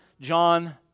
John